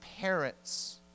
parents